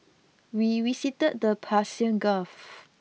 we visited the Persian Gulf